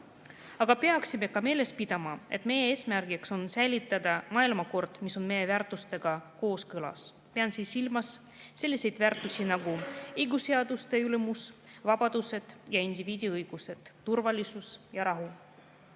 Aga peaksime ka meeles pidama, et meie eesmärk on säilitada maailmakord, mis on meie väärtustega kooskõlas. Pean silmas selliseid väärtusi nagu õigus, seaduste ülimus, vabadused ja indiviidi õigused, turvalisus ja rahu.